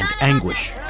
anguish